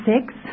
six